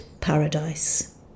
paradise